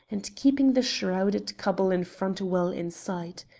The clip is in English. and keeping the shrouded couple in front well in sight.